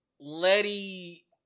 Letty